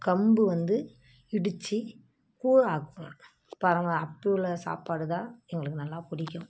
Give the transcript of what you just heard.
கம்பு வந்து இடித்து கூழ் ஆக்குவோம் பரவ அப்போ உள்ளே சாப்பாடு தான் எங்களுக்கு நல்லா பிடிக்கும்